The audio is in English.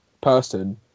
person